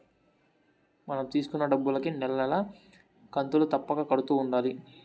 మనం తీసుకున్న డబ్బులుకి నెల నెలా కంతులు తప్పక కడుతూ ఉండాలి